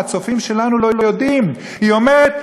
הצופים שלנו לא יודעים היא אומרת: